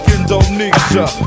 Indonesia